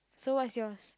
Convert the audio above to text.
so what is yours